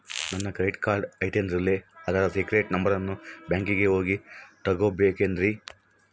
ನನ್ನ credit card ಐತಲ್ರೇ ಅದರ ಸೇಕ್ರೇಟ್ ನಂಬರನ್ನು ಬ್ಯಾಂಕಿಗೆ ಹೋಗಿ ತಗೋಬೇಕಿನ್ರಿ?